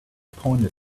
pointed